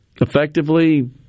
effectively